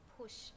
push